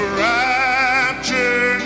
rapture